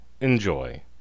enjoy